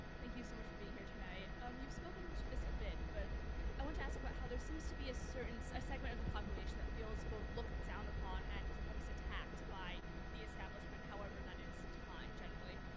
thank you so much for being here tonight. um you've spoken to this a bit but i want to ask about how there seems to be a certain segment of population that feels both looked down upon and almost attacked by the establishment, however that is defined generally.